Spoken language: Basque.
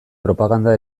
propaganda